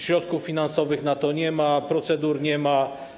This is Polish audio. Środków finansowych na to nie ma, procedur nie ma.